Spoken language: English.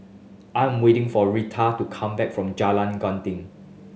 I'm waiting for Retta to come back from Jalan Gendang